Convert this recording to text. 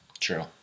True